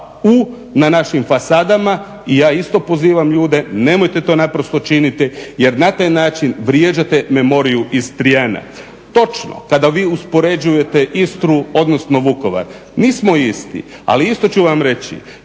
U na našim fasadama i ja isto pozivam ljude nemojte to naprosto činiti jer na taj način vrijeđate memoriju Istrijana. Točno, kada vi uspoređujete Istru odnosno Vukovar nismo isti. Ali isto ću vam reći